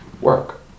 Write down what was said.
work